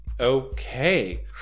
Okay